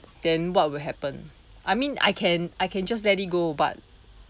then what will happen I mean I can I can just let it go but